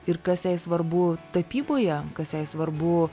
ir kas jai svarbu tapyboje kas jai svarbu